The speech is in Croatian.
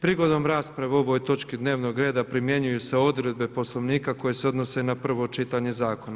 Prigodom rasprave o ovom točki dnevnog reda primjenjuju se odredbe Poslovnika koje se odnose na prvo čitanje Zakona.